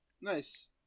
Nice